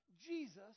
Jesus